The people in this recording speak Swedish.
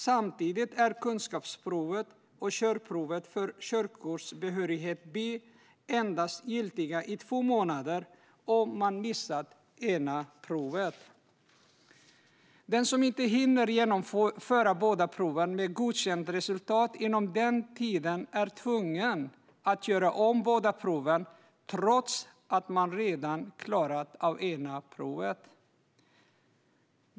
Samtidigt är kunskapsprovet och körprovet för körkortsbehörighet B endast giltiga i två månader om man har missat det ena provet. Den som inte hinner genomföra båda proven med godkänt resultat inom denna tid är tvungen att göra om båda trots att man redan har klarat av det ena provet.